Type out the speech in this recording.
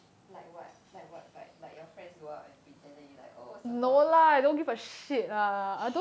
like what like what vibe like your friends you go up and present then you like oh support